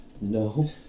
No